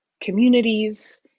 communities